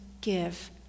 give